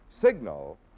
Signal